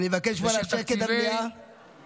פעם רביעית שמציגים תקציב.